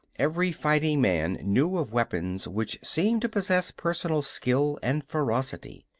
every fighting man knew of weapons which seemed to possess personal skill and ferocity.